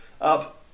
up